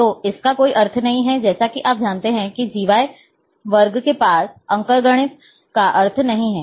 तो इसका कोई अर्थ नहीं है जैसे कि आप जानते हैं कि GY वर्ग के पास अंकगणित का अर्थ नहीं है